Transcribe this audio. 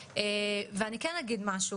ואני כן אגיד משהו,